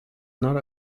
not